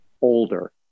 Older